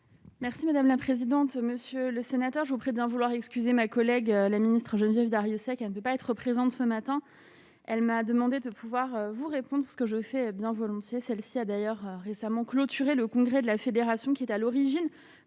Merci madame la présidente, monsieur le sénateur, je vous prie de bien vouloir excuser ma collègue, la ministre Geneviève Darrieussecq et ne peut pas être présentes ce matin, elle m'a demandé de pouvoir vous répondre à ce que je fais bien volontiers, celle-ci a d'ailleurs récemment clôturé le congrès de la fédération qui est à l'origine